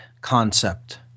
concept